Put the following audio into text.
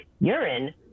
urine